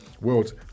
World